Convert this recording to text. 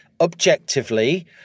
objectively